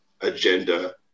agenda